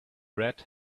red